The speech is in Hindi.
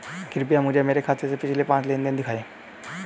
कृपया मुझे मेरे खाते से पिछले पांच लेनदेन दिखाएं